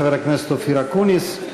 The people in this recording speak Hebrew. חבר הכנסת אופיר אקוניס.